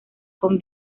con